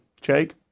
Jake